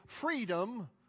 freedom